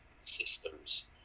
systems